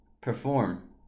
perform